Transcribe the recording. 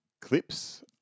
clips